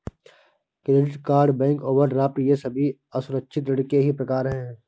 credit card bank overdraft ये सभी असुरक्षित ऋण के ही प्रकार है